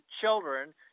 children